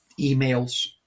emails